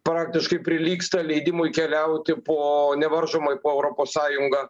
praktiškai prilygsta leidimui keliauti po nevaržomai po europos sąjungą